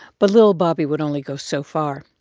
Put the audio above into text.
but little bobby would only go so far.